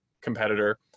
competitor